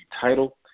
title